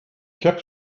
kept